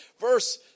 verse